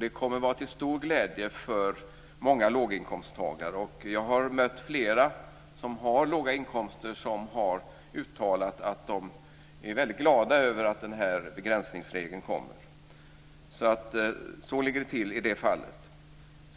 Det kommer att vara till stor glädje för många låginkomsttagare. Jag har mött flera människor som har låga inkomster och som har uttalat att de är väldigt glada över att denna begränsningsregel införs. Så ligger det till i detta fall.